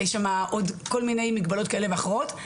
עוד כל מיני מגבלות כאלה ואחרות.